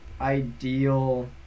ideal